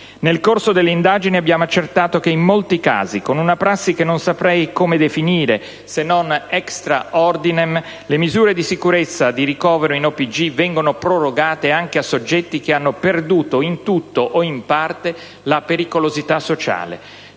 Nel corso delle indagini abbiamo accertato che in molti casi, con una prassi che non saprei come definire se non *extra ordinem*, le misure di sicurezza di ricovero in OPG vengono prorogate anche a soggetti che hanno perduto, in tutto o in parte, la pericolosità sociale;